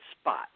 spot